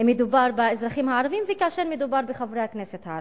מדובר באזרחים הערבים וכאשר מדובר בחברי הכנסת הערבים.